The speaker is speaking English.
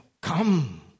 Come